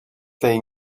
tej